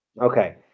okay